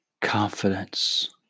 confidence